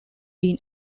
been